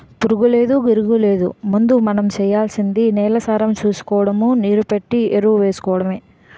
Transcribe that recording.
పురుగూలేదు, గిరుగూలేదు ముందు మనం సెయ్యాల్సింది నేలసారం సూసుకోడము, నీరెట్టి ఎరువేసుకోడమే